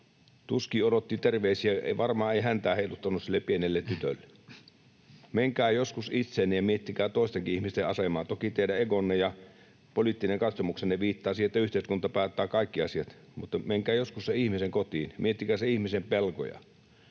Tuskin odotti terveisiä, ei varmaan häntää heiluttanut sille pienelle tytölle. Menkää joskus itseenne ja miettikää toistenkin ihmisten asemaa. Toki teidän egonne ja poliittinen katsomuksenne viittaa siihen, että yhteiskunta päättää kaikki asiat, mutta menkää joskus sen ihmisen kotiin, miettikää se ihmisen pelkoja.